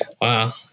Wow